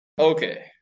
Okay